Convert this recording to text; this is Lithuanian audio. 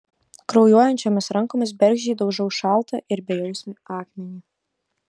kraujuojančiomis rankomis bergždžiai daužau šaltą ir bejausmį akmenį